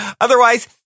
Otherwise